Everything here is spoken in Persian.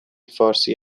فارسی